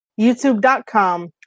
youtube.com